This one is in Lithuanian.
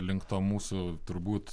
link to mūsų turbūt